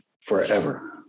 forever